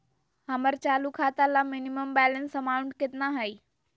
हमर चालू खाता ला मिनिमम बैलेंस अमाउंट केतना हइ?